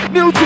New